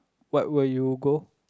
what would you go